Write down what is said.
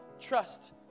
trust